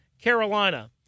Carolina